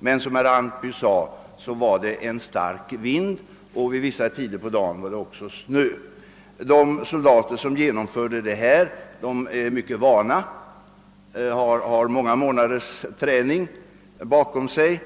men som herr Antby nämnde var dei en stark vind, och vissa tider på dagen snöade det. : De soldater som genomförde marschen är mycket vana och har många månaders träning bakom sig.